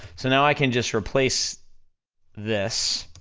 so now i can just replace this,